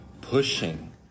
pushing